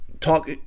talk